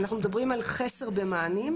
אנחנו מדברים על חסר במענים,